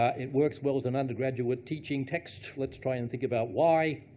it works well as an undergraduate teaching text. let's try and think about why.